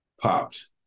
Popped